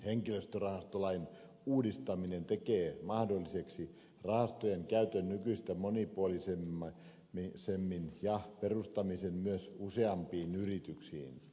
henkilöstörahastolain uudistaminen tekee mahdolliseksi rahastojen käytön nykyistä monipuolisemmin ja niiden perustamisen myös useampiin yrityksiin